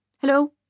Hello